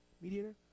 mediator